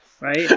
right